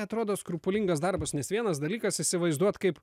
atrodo skrupulingas darbas nes vienas dalykas įsivaizduot kaip